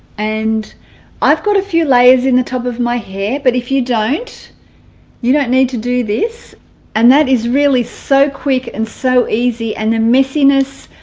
and i've got a few layers in the top of my hair but if you don't you don't need to do this and that is really so quick and so easy and the messiness